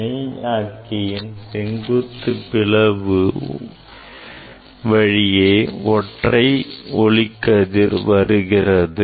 இணையாக்கியின் செங்குத்து பிளவு வழியே ஒற்றை ஒளி கதிர்கள் வருகிறது